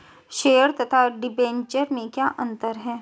Share तथा debenture में क्या अंतर है?